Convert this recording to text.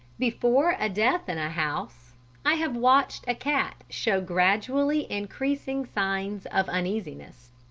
before a death in a house i have watched a cat show gradually increasing signs of uneasiness.